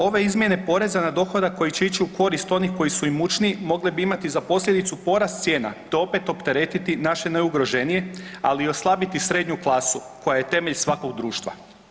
Ove izmjene poreza na dohodak koje će ići u korist onih koji su imućniji, mogle bi imati za posljedicu porast cijena, te opet opteretiti naše najugroženije, ali i oslabiti srednju klasu, koja je temelj svakog društva.